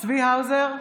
צבי האוזר,